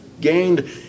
gained